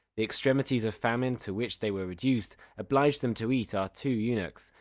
the extremities of famine to which they were reduced, obliged them to eat our two eunuchs,